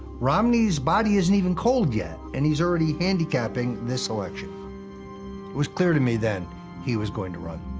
romney's body isn't even cold yet, and he's already handicapping this election. it was clear to me then he was going to run.